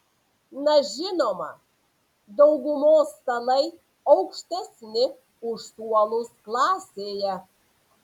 na žinoma daugumos stalai aukštesni už suolus klasėje